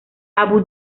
abu